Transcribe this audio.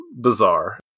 bizarre